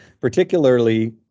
particularly